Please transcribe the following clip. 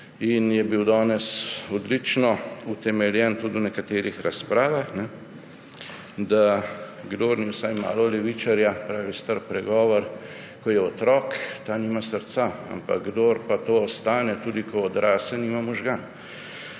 in je bil danes odlično utemeljen tudi v nekaterih razpravah – da kdor ni vsaj malo levičarja, pravi stari pregovor, ko je otrok, ta nima srca, kdor pa to ostane, tudi ko odraste, nima možganov.